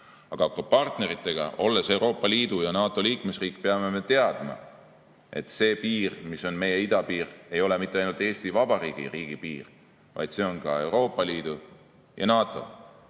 koostöös partneritega. Aga olles Euroopa Liidu ja NATO liikmesriik, peame ka teadma, et see piir, mis on meie idapiir, ei ole mitte ainult Eesti Vabariigi riigipiir, vaid ka Euroopa Liidu ja NATO